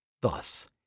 Thus